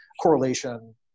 correlation